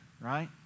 right